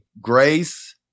Grace